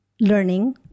learning